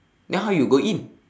then how you go in